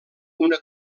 una